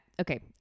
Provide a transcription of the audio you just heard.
Okay